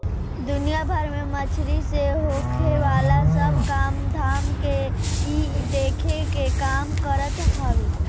दुनिया भर में मछरी से होखेवाला सब काम धाम के इ देखे के काम करत हवे